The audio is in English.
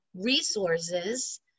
resources